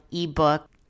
ebook